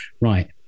right